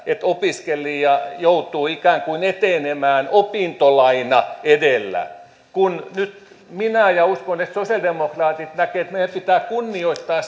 että opiskelija joutuu ikään kuin etenemään opintolaina edellä nyt minä näen ja uskon että sosialidemokraatit näkevät että meidän pitää kunnioittaa